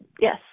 yes